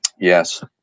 Yes